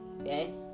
okay